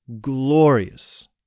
glorious